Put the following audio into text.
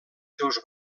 seus